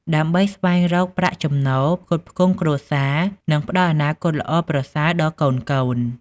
ដើម្បីស្វែងរកប្រាក់ចំណូលផ្គត់ផ្គង់គ្រួសារ និងផ្ដល់អនាគតល្អប្រសើរដល់កូនៗ។